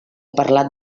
parlat